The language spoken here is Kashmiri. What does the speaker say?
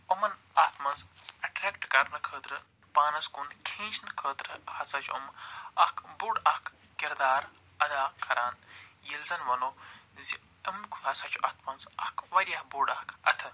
یِمن اتھ منٛز اٮ۪ٹریکٹ کرنہٕ خٲطرٕ پانس کُن کھنچنہٕ خٲطرٕ ہسا چھِ یِم اکھ بوٚڑ اکھ قردار ادا کَران ییٚلہِ زن وَنو زِ تِمن کُن ہسا چھِ اتھ منٛز اکھ وارِیاہ بوٚڑ اکھ اتھٕ